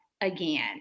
again